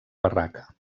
barraca